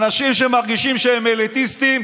אנשים שמרגישים שהם אליטיסטים,